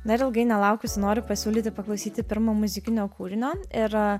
dar ilgai nelaukusi noriu pasiūlyti paklausyti pirmo muzikinio kūrinio ir